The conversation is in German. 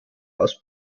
aus